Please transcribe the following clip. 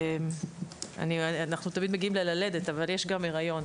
אנחנו תמיד מגיעים ללידה אבל יש גם היריון,